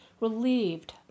Relieved